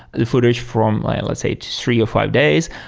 a footage from like let's say three or five days.